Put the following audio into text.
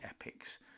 epics